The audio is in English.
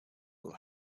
will